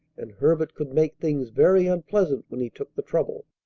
and herbert could make things very unpleasant when he took the trouble.